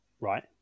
Right